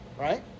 right